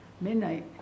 midnight